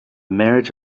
marriage